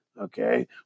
Okay